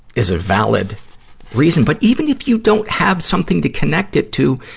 is a valid reason. but even if you don't have something to connect it to,